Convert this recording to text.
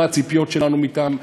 מה הציפיות שלנו מהן,